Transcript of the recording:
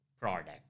product